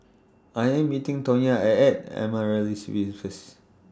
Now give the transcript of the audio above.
I Am meeting Tonya I At Amaryllis Ville First